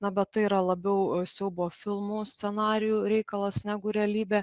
na bet tai yra labiau siaubo filmų scenarijų reikalas negu realybė